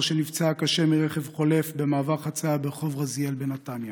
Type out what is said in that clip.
שנפצעה קשה מרכב חולף במעבר חציה ברחוב רזיאל בנתניה,